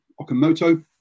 Okamoto